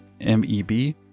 M-E-B